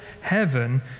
heaven